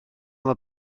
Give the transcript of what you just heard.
mor